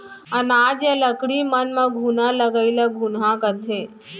अनाज या लकड़ी मन म घुना लगई ल घुनहा कथें